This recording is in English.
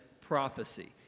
prophecy